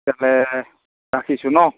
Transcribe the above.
তেন্তে ৰাখিছোঁ ন